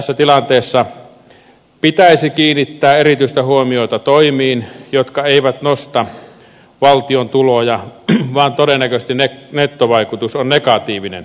tässä tilanteessa pitäisi kiinnittää erityistä huomiota toimiin jotka eivät nosta valtion tuloja vaan joiden nettovaikutus on todennäköisesti negatiivinen